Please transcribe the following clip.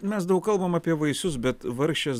mes daug kalbam apie vaisius bet vargšės